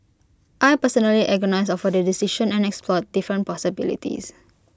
I personally agonised over the decision and explored different possibilities